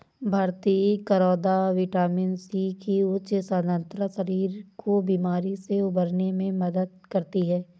भारतीय करौदा vitamin C की उच्च सांद्रता शरीर को बीमारी से उबरने में मदद करती है